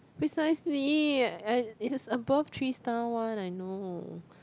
precisely I is above three star one I know